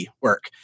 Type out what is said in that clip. Work